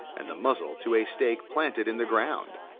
and the muzzle to a stake planted in the ground.